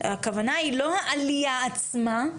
הכוונה היא לא העלייה עצמה,